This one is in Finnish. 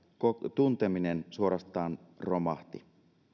tunteminen suorastaan romahtivat